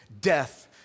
death